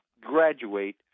graduate